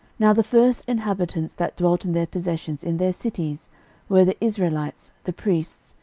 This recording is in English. now the first inhabitants that dwelt in their possessions in their cities were, the israelites, the priests,